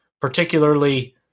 particularly